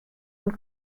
und